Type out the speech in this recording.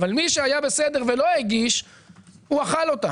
אבל מי שהיה בסדר ולא הגיש אכל אותה.